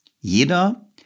Jeder